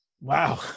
Wow